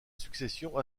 succession